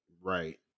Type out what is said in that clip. Right